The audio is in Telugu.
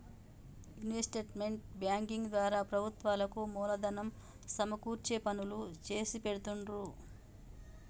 ఇన్వెస్ట్మెంట్ బ్యేంకింగ్ ద్వారా ప్రభుత్వాలకు మూలధనం సమకూర్చే పనులు చేసిపెడుతుండ్రు